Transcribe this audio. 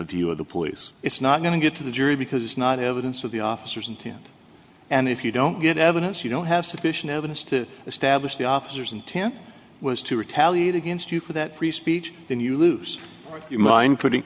view of the police it's not going to get to the jury because it's not evidence of the officers intent and if you don't get evidence you don't have sufficient evidence to establish the officers intent was to retaliate against you for that free speech then you lose your mind p